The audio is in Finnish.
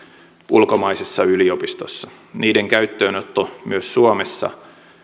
ulkomaisessa yliopistossa niiden käyttöönotto myös suomessa